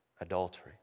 adultery